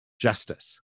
Justice